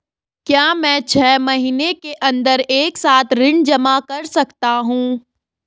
क्या मैं छः महीने के अन्दर एक साथ ऋण जमा कर सकता हूँ?